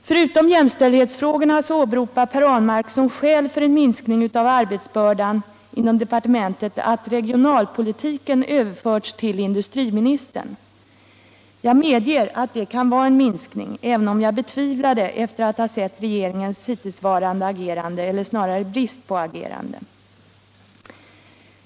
Förutom jämställdhetsfrågorna åberopar Per Ahlmark som skäl för en minskning av arbetsbördan inom departementet att regionalpolitiken överförts till industriministern. Jag medger att detta kan vara en minskning, även om jag betvivlar det efter att ha sett regeringens hittillsvarande agerande eller snarare brist på agerande.